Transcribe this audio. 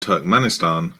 turkmenistan